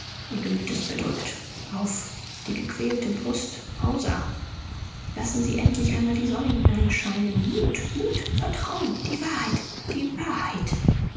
ihr gemüt ist bedrückt auf die gequälte brust hauser lassen sie endlich einmal die sonne hineinscheinen mut mut vertrauen die wahrheit die wahrheit